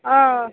অঁ